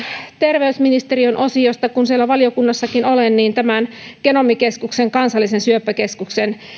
terveysministeriön osiosta kun siellä valiokunnassakin olen tämän genomikeskuksen kansallisen syöpäkeskuksen